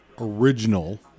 original